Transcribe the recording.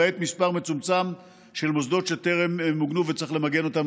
למעט מספר מצומצם של מוסדות שטרם מוגנו וצריך למגן אותם,